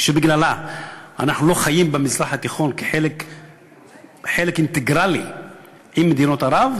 שבגללה אנחנו לא חיים במזרח התיכון כחלק אינטגרלי של מדינות ערב,